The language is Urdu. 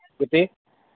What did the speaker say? کتنی